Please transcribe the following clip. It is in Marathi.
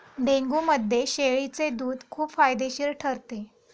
डेंग्यूमध्ये शेळीचे दूध खूप फायदेशीर ठरते